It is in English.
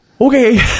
okay